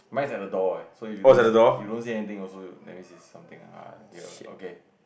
mine is at the door eh so you don't see you don't see anything also that means it's something err ya okay